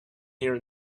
here